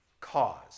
cause